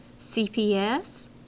CPS